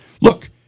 look